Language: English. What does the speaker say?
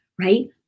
right